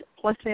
plus